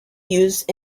used